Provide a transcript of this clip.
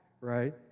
right